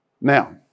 Now